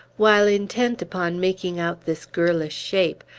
while intent upon making out this girlish shape,